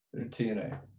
tna